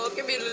ah give me